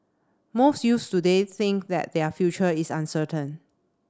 most youths today think that their future is uncertain